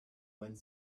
went